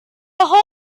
hole